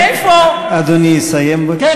מאיפה, אדוני יסיים, בבקשה.